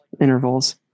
intervals